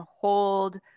hold